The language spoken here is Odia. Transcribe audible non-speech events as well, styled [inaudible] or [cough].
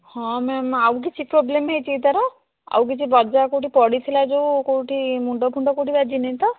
ହଁ ମ୍ୟାମ୍ ଆଉକିଛି ପ୍ରୋବ୍ଲେମ ହୋଇଛି କି ତାର ଆଉ କିଛି [unintelligible] କେଉଁଠି ପଡ଼ିଥିଲା ଯେଉଁ କେଉଁଠି ମୁଣ୍ଡ ଫୁଣ୍ଡ କେଉଁଠି ବାଜିନି ତ